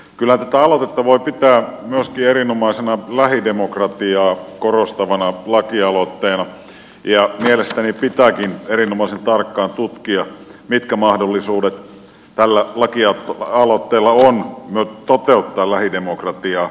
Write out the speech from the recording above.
kyllä tätä aloitetta voi pitää myöskin erinomaisena lähidemokratiaa korostavana lakialoitteena ja mielestäni pitääkin erinomaisen tarkkaan tutkia mitkä mahdollisuudet tällä lakialoitteella on toteuttaa lähidemokratiaa